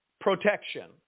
protection